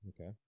Okay